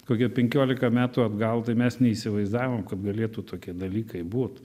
kokie penkiolika metų atgal tai mes neįsivaizdavom kad galėtų tokie dalykai būt